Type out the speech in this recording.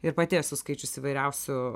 ir pati esu skaičius įvairiausių